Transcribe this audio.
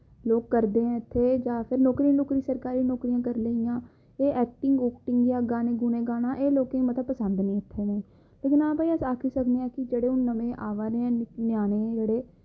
लोक करदे ऐं ते नौकरी नूकरी जैदातर नौकरी नूकरियां जैदातर सरकारी नौकरियां करी लेइयां एह् ऐक्टिंग उक्टिग जां गाने गूने गाना एह् लोकें मतलब पसंद निं नेईं इत्थै दे लेकिन अस आखी सकने कि जेह्ड़ा मतलब आवा दे न औनें आह्ले ञ्याणें